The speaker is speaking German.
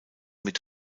mit